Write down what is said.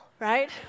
Right